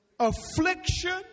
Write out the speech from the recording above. Affliction